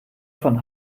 von